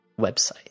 website